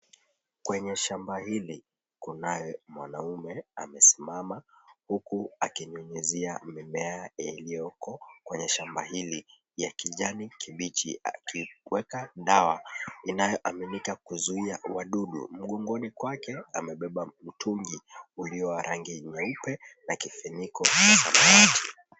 Kwenye shamba hili, kunaye mwanaume amesimama huku akinyunyizia mimea yaliyoko kwenye shamba hili ya kijani kibichi akiweka dawa inayoaminika kuzuia wadudu. Mgongoni kwake amebeba mtungi ulio wa rangi nyeupe na kifiniko ya samawati.